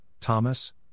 Thomas